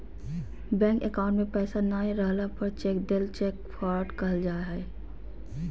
bank account में पैसा नय रहला पर चेक देल चेक फ्रॉड कहल जा हइ